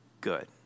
good